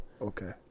Okay